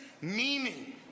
meaning